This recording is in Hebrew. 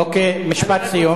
אוקיי, משפט סיום.